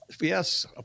Yes